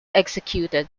executed